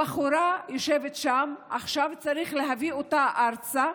הבחורה יושבת שם, עכשיו צריך להביא אותה ארצה.